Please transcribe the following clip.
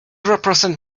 represent